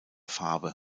farbe